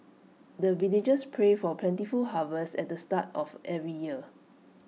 the villagers pray for plentiful harvest at the start of every year